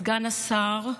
סגן השר,